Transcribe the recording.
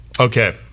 Okay